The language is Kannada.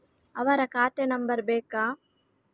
ಅವರ ಖಾತೆ ನಂಬರ್ ಬೇಕಾ?